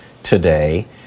today